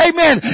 Amen